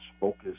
focus